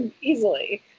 easily